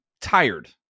tired